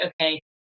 okay